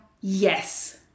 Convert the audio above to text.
Yes